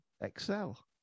excel